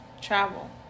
travel